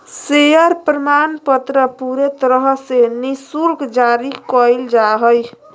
share प्रमाणपत्र पूरे तरह से निःशुल्क जारी कइल जा हइ